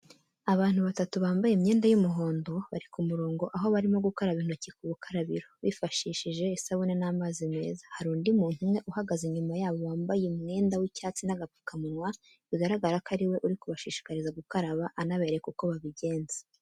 Abantu batatu bambaye imyenda y'umuhondo bari ku murongo aho barimo gukaraba intoki ku bukarabiro, bifashishije isabune n'amazi meza. Hari undi muntu umwe uhagaze inyuma yabo wambaye umwenda w'icyatsi n'agapfukamunwa, bigaragara ko ari we uri kubashishikariza gukaraba, anabereka uko babigenza.